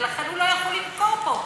ולכן הוא לא יכול למכור פה.